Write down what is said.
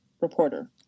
reporter